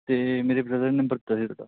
ਅਤੇ ਮੇਰੇ ਬਰਦਰ ਨੇ ਨੰਬਰ ਦਿੱਤਾ ਸੀ ਤੁਹਾਡਾ